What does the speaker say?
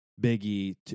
Biggie